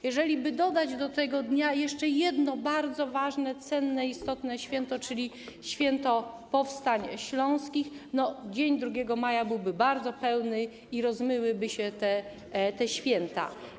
Jeżeliby dodać w tym dniu jeszcze jedno bardzo ważne, cenne, istotne święto, czyli święto powstań śląskich, to dzień 2 maja byłby bardzo pełny i rozmyłyby się te święta.